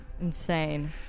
Insane